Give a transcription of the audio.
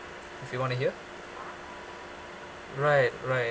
if you want to hear right right